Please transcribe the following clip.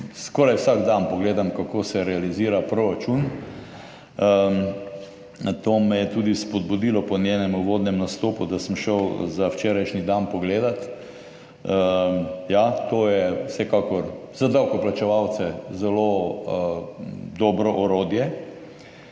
Skoraj vsak dan pogledam, kako se realizira proračun. To me je tudi spodbudilo po njenem uvodnem nastopu, da sem šel za včerajšnji dan pogledati. Ja, to je vsekakor za davkoplačevalce zelo dobro orodje.